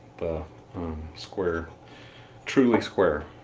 the square truly square.